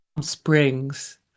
Springs